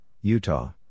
Utah